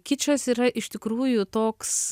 kičas yra iš tikrųjų toks